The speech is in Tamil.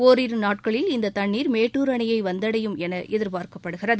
ஒரிரு நாட்களில் இந்த தண்ணீர் மேட்டுர் அணையை வந்தடையும் என எதிர்பார்க்கப்படுகிறது